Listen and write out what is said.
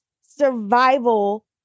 survival